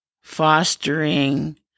fostering